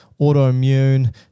autoimmune